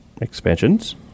expansions